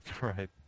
Right